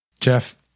jeff